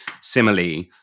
simile